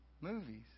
movies